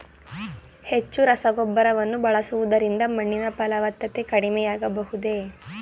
ಹೆಚ್ಚು ರಸಗೊಬ್ಬರವನ್ನು ಬಳಸುವುದರಿಂದ ಮಣ್ಣಿನ ಫಲವತ್ತತೆ ಕಡಿಮೆ ಆಗಬಹುದೇ?